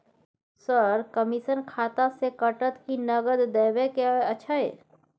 Sir, commission खाता से कटत कि नगद देबै के अएछ?